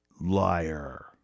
Liar